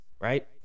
right